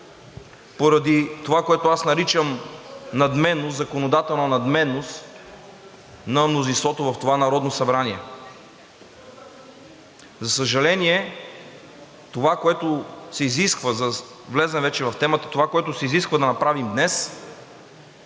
поради това, което аз наричам надменност, законодателна надменност на мнозинството в това Народно събрание. За съжаление, това, което се изисква, за да вляза вече